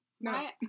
No